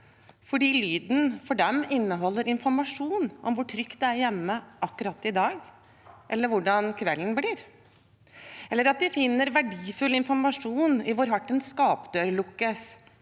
fordi lyden for dem inneholder informasjon om hvor trygt det er hjemme akkurat i dag eller hvordan kvelden blir? Eller at de finner verdifull informasjon i hvor hardt en skapdør lukkes